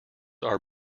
are